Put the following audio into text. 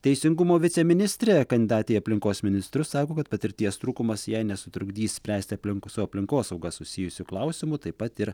teisingumo viceministrė kandidatė į aplinkos ministrus sako kad patirties trūkumas jai nesutrukdys spręsti aplink su aplinkosauga susijusių klausimų taip pat ir